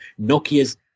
Nokia's